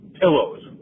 pillows